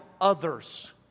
others